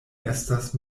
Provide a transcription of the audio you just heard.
estas